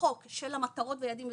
בחוק של המטרות והיעדים,